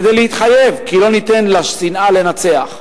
כדי להתחייב כי לא ניתן לשנאה לנצח,